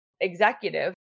executive